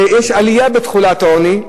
ויש עלייה בתחולת העוני,